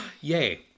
Yay